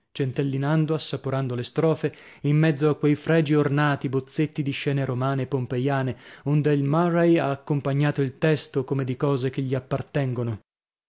centellinando assaporando le strofe in mezzo a quei fregi ornati bozzetti di scene romane e pompeiane onde il murray ha accompagnato il testo come di cose che gli appartengono